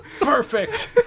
Perfect